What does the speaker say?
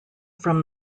from